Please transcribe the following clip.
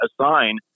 assign